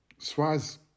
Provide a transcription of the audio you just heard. Swaz